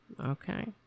Okay